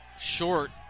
short